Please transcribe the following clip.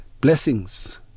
blessings